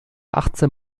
achtzehn